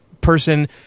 person